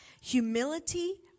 humility